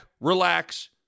relax